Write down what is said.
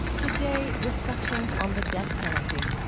today, reflections on the death penalty.